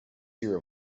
tier